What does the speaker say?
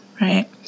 right